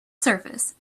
surface